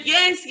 Yes